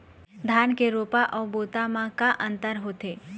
धन के रोपा अऊ बोता म का अंतर होथे?